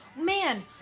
Man